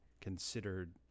considered